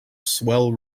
swell